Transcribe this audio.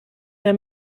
mehr